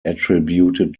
attributed